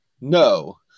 no